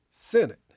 Senate